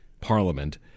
Parliament